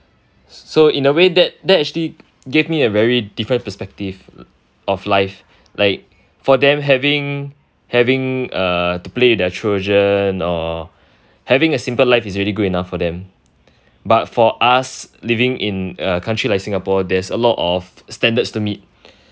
so in a way that that actually gave me a very different perspective of life like for them having having err to play with their children or having a simple life is already good enough for them but for us living in uh country like singapore there's a lot of standards to meet